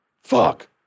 Fuck